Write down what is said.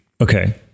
Okay